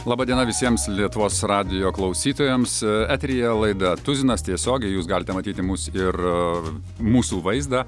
laba diena visiems lietuvos radijo klausytojams eteryje laida tuzinas tiesiogiai jūs galite matyti mus ir mūsų vaizdą